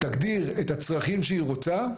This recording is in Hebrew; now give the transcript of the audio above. תגדיר את הצרכים שהיא רוצה,